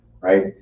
right